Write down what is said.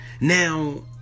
Now